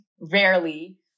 rarely